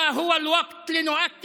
(אומר דברים בשפה הערבית,